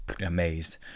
amazed